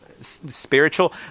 spiritual